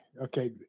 okay